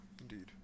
indeed